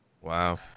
Wow